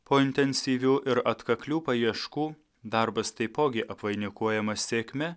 po intensyvių ir atkaklių paieškų darbas taipogi apvainikuojamas sėkme